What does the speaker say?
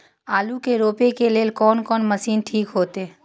आलू के रोपे के लेल कोन कोन मशीन ठीक होते?